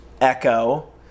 Echo